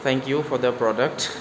thank you for the product